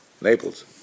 Naples